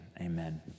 amen